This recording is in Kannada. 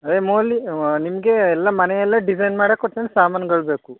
ಏ ಮೂಲಿ ವ ನಿಮಗೆ ಎಲ್ಲ ಮನೆಯಲ್ಲ ಡಿಸೈನ್ ಮಾಡಕ್ಕೆ ಒಟ್ನಲ್ಲಿ ಸಮಾನ್ಗಳು ಬೇಕು